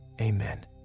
amen